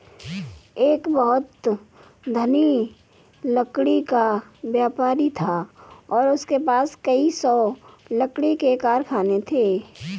एक बहुत धनी लकड़ी का व्यापारी था और उसके पास कई सौ लकड़ी के कारखाने थे